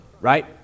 right